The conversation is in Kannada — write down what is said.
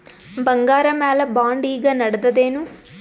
ಬಂಗಾರ ಮ್ಯಾಲ ಬಾಂಡ್ ಈಗ ನಡದದೇನು?